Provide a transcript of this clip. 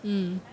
mm